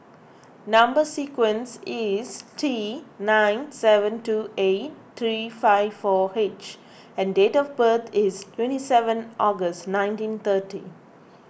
Number Sequence is T nine seven two eight three five four H and date of birth is twenty seven August nineteen thirty